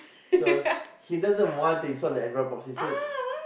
so he doesn't want to install the Android box he say